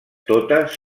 totes